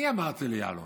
אני אמרתי ליעלון: